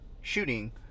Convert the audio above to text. shooting